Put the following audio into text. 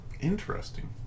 Interesting